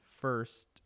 first